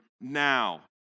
now